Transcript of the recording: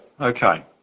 okay